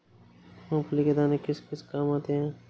मूंगफली के दाने किस किस काम आते हैं?